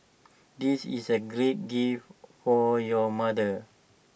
this is A great gift for your mother